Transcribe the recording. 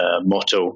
motto